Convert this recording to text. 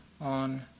on